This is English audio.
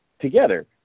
together